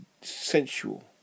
sensual